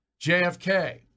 JFK